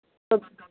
तो